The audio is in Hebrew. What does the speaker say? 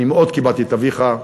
אני מאוד כיבדתי את אביך.